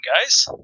guys